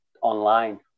online